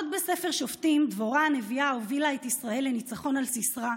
עוד בספר שופטים דבורה הנביאה הובילה את ישראל לניצחון על סיסרא,